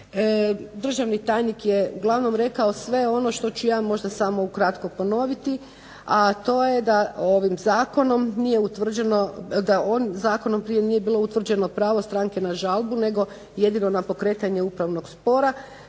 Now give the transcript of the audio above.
državni tajnik je uglavnom rekao sve ono što ću ja možda samo ukratko ponoviti, a to je da ovim zakonom prije nije bilo utvrđeno pravo stranke na žalbu nego jedino na pokretanje upravnog spora.